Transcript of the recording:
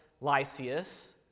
Lysias